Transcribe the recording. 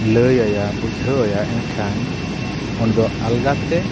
ᱞᱟᱹᱭ ᱟᱭᱟ ᱵᱩᱡᱷᱟᱹᱣ ᱟᱭᱟ ᱮᱱᱠᱷᱟᱱ ᱚᱱᱟ ᱫᱚ ᱟᱞᱜᱟᱛᱮ